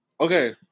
Okay